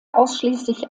ausschließlich